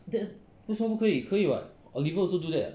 that 为什么不可以可以 [what] oliver also do that